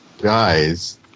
guys